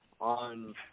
on